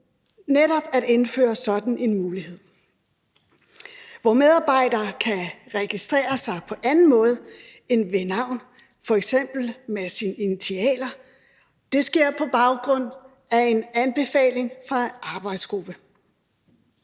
netop at indføre sådan en mulighed, hvor medarbejdere kan registrere sig på anden måde end ved navn, f.eks. med sine initialer. Det sker på baggrund af en anbefaling fra en arbejdsgruppe.